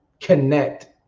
connect